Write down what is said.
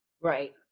right